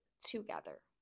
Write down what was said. together